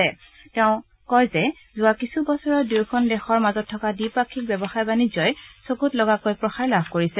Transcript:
শ্ৰী কোবিন্দে কয় যে যোৱা কিছু বছৰত দুয়োখন দেশৰ মাজত থকা দ্বিপাফিক ব্যৱসায় বাণিজ্যই চকুত লগাকৈ প্ৰসাৰ লাভ কৰিছে